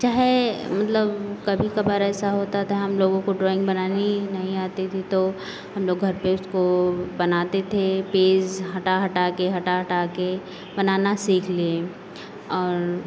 चाहे मतलब कभी कभार ऐसा होता था हम लोगों को ड्राइंग बनानी नहीं आती थी तो हम लोग घर पे उसको बनाते थे पेज हटा हटा के हटा हटा के बनाना सीख लिए और